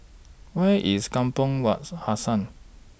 Where IS Kampong Wak's Hassan